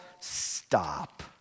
Stop